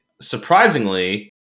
surprisingly